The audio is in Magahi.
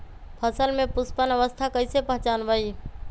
फसल में पुष्पन अवस्था कईसे पहचान बई?